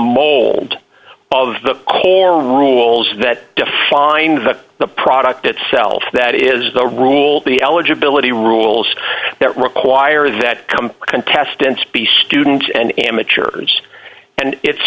mold of the core rules that defines the the product itself that is the rule the eligibility rules that require that come contestants be students and amateurs and it's